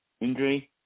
injury